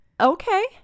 Okay